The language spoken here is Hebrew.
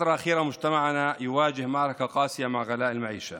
פציעה ואיבוד המחסה